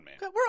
man